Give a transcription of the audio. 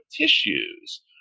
tissues